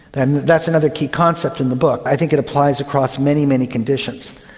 and that's another key concept in the book. i think it applies across many, many conditions.